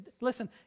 listen